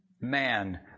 man